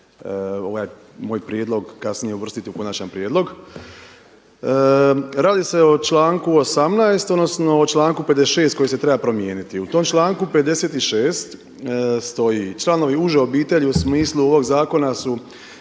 ovaj moj prijedlog kasnije uvrstiti u konačan prijedlog. Radi se o članku 18. odnosno o članku 56. koji se treba promijeniti. U tom članku 56. stoji „Članovi uže obitelji u smislu ovog zakona su